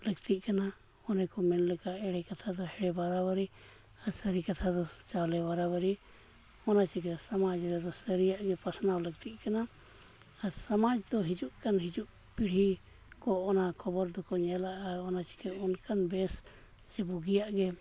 ᱞᱟᱹᱠᱛᱤᱜ ᱠᱟᱱᱟ ᱚᱸᱰᱮ ᱠᱚ ᱢᱮᱱ ᱞᱮᱠᱟ ᱮᱲᱮ ᱠᱟᱛᱷᱟ ᱫᱚ ᱦᱮᱲᱮ ᱵᱟᱨᱟᱵᱟᱨᱤ ᱟᱨ ᱥᱟᱹᱨᱤ ᱠᱟᱛᱷᱟ ᱫᱚ ᱪᱟᱣᱞᱮ ᱵᱟᱨᱟᱵᱟᱹᱨᱤ ᱚᱱᱟ ᱪᱤᱠᱟᱹ ᱥᱚᱢᱟᱡᱽ ᱨᱮᱫᱚ ᱥᱟᱹᱨᱤᱭᱟᱜ ᱜᱮ ᱯᱟᱥᱱᱟᱜ ᱞᱟᱹᱠᱛᱤᱜ ᱠᱟᱱᱟ ᱟᱨ ᱥᱚᱢᱟᱡᱽ ᱫᱚ ᱦᱤᱡᱩᱜ ᱠᱟᱱ ᱦᱤᱡᱩᱜ ᱯᱤᱲᱦᱤ ᱠᱚ ᱚᱱᱟ ᱠᱷᱚᱵᱚᱨ ᱫᱚᱠᱚ ᱧᱮᱞᱟ ᱚᱱᱟ ᱪᱤᱠᱟᱹ ᱚᱱᱠᱟᱱ ᱵᱮᱥ ᱥᱮ ᱵᱩᱜᱤᱭᱟᱜ ᱜᱮ